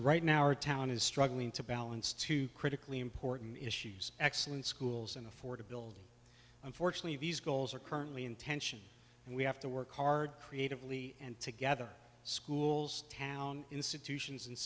right now our town is struggling to balance two critically important issues excellent schools and affordability unfortunately these goals are currently in tension and we have to work hard creatively and together schools town institutions and